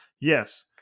Yes